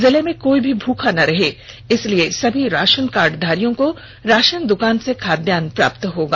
जिले में कोई भी भूखा ना रहे इसलिए सभी राशन कार्डधारियों को राशन दुकान से खाद्यान प्राप्त होगा